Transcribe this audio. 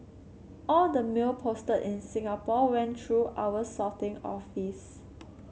all the mail posted in Singapore went through our sorting office